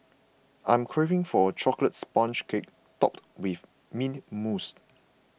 I am craving for a Chocolate Sponge Cake Topped with Mint Mousse